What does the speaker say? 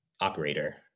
operator